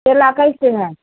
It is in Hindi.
केला कैसे है